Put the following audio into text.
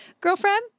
girlfriend